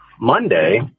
Monday